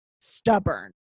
stubborn